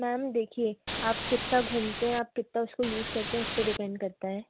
ma'am देखिए आप कितना घूमते हैं आप कितना उसको यूज़ करते हैं उस पर डिपेंड करता है